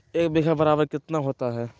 एक बीघा बराबर कितना होता है?